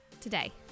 today